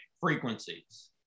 frequencies